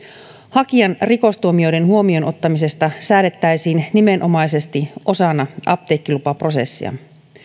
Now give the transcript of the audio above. hakijan rikostuomioiden huomioonottamisesta säädettäisiin nimenomaisesti osana apteekkilupaprosessia